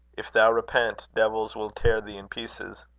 if thou repent, devils will tear thee in pieces.